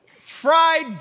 fried